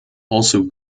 also